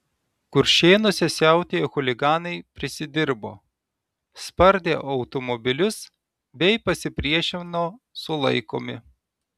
kuršėnuose siautėję chuliganai prisidirbo spardė automobilius bei pasipriešino sulaikomi